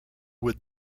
would